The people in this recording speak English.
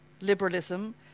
liberalism